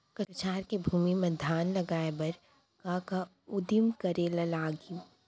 कछार के भूमि मा धान उगाए बर का का उदिम करे ला लागही?